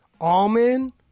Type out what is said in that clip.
almond